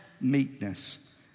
meekness